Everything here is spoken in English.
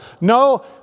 No